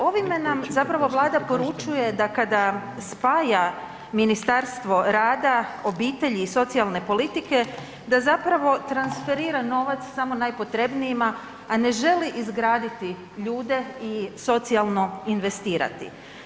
Ovime nam zapravo Vlada poručuje, da kada spaja Ministarstvo rada, obitelji i socijalne politike, da zapravo transferira novac samo najpotrebnijima, a ne želi izgraditi ljude i socijalno investirati.